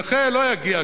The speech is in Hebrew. הנכה לא יגיע.